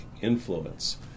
influence